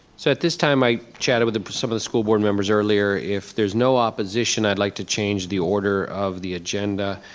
so at this time, i chatted with some of the school board members earlier, if there's no opposition, i'd like to change the order of the agenda.